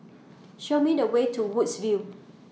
Show Me The Way to Woodsville